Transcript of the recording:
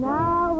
Now